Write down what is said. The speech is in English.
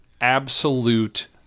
absolute